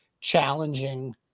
challenging